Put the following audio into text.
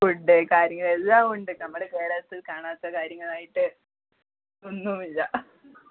food കാര്യങ്ങൾ എല്ലാമുണ്ട് നമ്മുടെ കേരളത്തിൽ കാണാത്ത കാര്യങ്ങളായിട്ട് ഒന്നുമില്ല